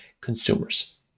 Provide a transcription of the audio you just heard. consumers